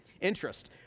interest